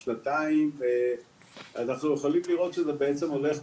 שנתיים אנחנו יכולים לראות שזה בעצם הולך,